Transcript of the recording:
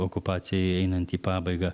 okupacijai einant į pabaigą